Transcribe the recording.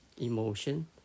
emotion